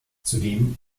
zudem